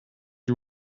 you